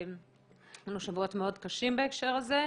היו לנו שבועות קשים מאוד בהקשר הזה.